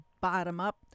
bottom-up